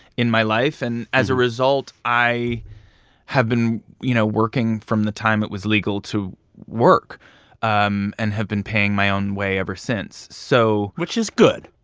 in my life. and as a result, i have been, you know, working from the time it was legal to work um and have been paying my own way ever since, so. which is good.